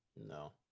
No